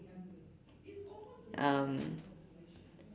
um